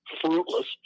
fruitless